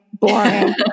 boring